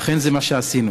ואכן, זה מה שעשינו.